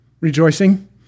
Rejoicing